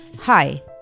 Hi